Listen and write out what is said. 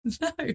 no